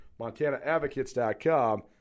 montanaadvocates.com